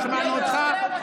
שמענו אותך.